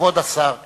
כבוד שר המשפטים,